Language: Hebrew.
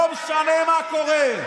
לא משנה מה קורה.